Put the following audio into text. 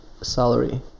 salary